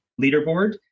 leaderboard